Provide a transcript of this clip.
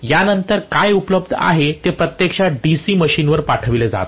यानंतर काय उपलब्ध आहे ते प्रत्यक्षात डीसी मशीनवर पाठविले जात आहे